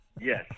Yes